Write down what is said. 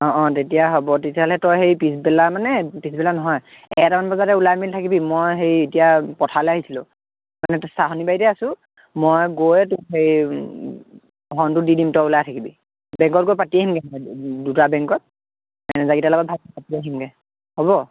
অঁ অঁ তেতিয়া হ'ব তেতিয়াহ'লে তই হেই পিছবেলা মানে পিছবেলা নহয় এটামান বজাতে ওলাই মেলি থাকিবি মই সেই এতিয়া পথাৰলৈ আহিছিলোঁ মানে চাহনি বাৰীতে আছোঁ মই গৈ তোক সেই হৰ্ণটো দি দিম তই ওলাই থাকিবি বেংকত গৈ পাতি আহিমগৈ দুটা বেংকত মেনেজাৰকিটাৰ লগত ভালকৈ পাতি আহিম দে হ'ব